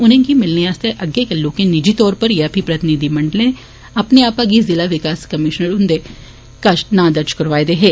उनेंगी मिलने आस्तै अग्गें गै लोकें निजी तौर उप्पर जां फी प्रतिनिधिमंडलें अपने आप गी जिला विकास कमीशनर जम्मू हुंदे कश नां दर्ज करोआए दे हे